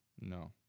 No